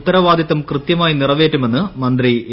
ഉത്തരവാദിത്തംകൃൃതൃമായി നിറവേറ്റുമെന്ന് മന്ത്രി എ